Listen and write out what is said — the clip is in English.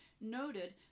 noted